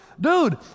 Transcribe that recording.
Dude